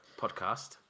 podcast